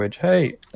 Hey